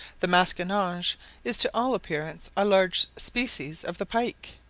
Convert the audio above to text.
the masquinonge is to all appearance a large species of the pike,